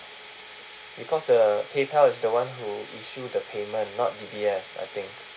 because the paypal is the one who issue the payment not D_B_S I think